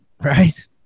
Right